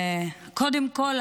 ותיכנס לספר החוקים.